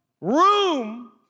room